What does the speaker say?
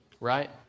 Right